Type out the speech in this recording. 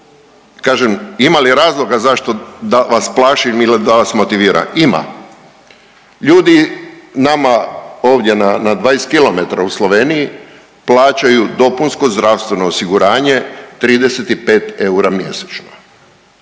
Kažem, ima li razloga zašto da vas plašim ili da vas motiviram? Ima. Ljudi nama ovdje na 20 km u Sloveniji plaćaju dopunsko zdravstveno osiguranje 35 eura mjesečno,